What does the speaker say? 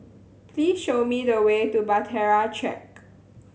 please show me the way to Bahtera Track